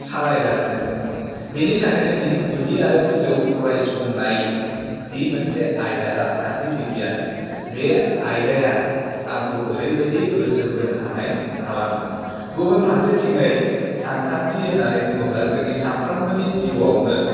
सालायगासिनो दंङ बेनि थाखायनो बिनि गुदि आरो बिजौ फरायसंनाय जि मोनसे आयदा राजखान्थि बिगियान बे आयदाया आंखौ ओरैबायदि गोसो बोनो हानाय खालामदों गुबुन फारसेथिंयै सानखान्थि होन्नानै बुङोब्ला जोंनि सानफ्रोमबोनि जिउआवनो